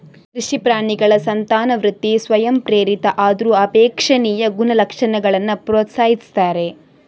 ಕೃಷಿ ಪ್ರಾಣಿಗಳ ಸಂತಾನವೃದ್ಧಿ ಸ್ವಯಂಪ್ರೇರಿತ ಆದ್ರೂ ಅಪೇಕ್ಷಣೀಯ ಗುಣಲಕ್ಷಣಗಳನ್ನ ಪ್ರೋತ್ಸಾಹಿಸ್ತಾರೆ